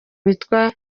witwa